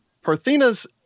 Parthena's